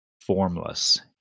formless